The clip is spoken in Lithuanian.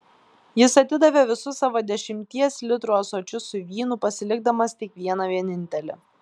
jis atidavė visus savo dešimties litrų ąsočius su vynu pasilikdamas tik vieną vienintelį